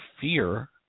fear